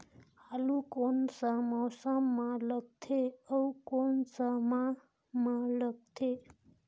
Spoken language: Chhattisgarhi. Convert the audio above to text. आलू कोन सा मौसम मां लगथे अउ कोन सा माह मां लगथे?